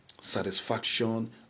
satisfaction